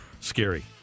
scary